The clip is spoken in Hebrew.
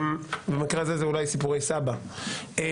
במקרה הזה זה אולי סיפורי סבא --- לא,